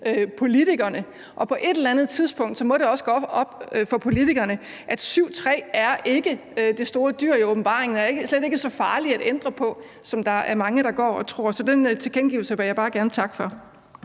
politikerne. Og på et eller andet tidspunkt må det også gå op for politikerne, at § 7, stk. 3, ikke er det store dyr i åbenbaringen og slet ikke er så farlig at ændre på, som der er mange der går og tror. Så den tilkendegivelse vil jeg bare gerne takke for.